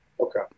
Okay